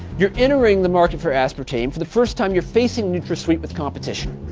you're entering the market for aspartame. for the first time, you're facing nutrasweet with competition.